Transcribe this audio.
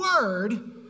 Word